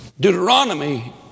Deuteronomy